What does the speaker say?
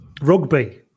Rugby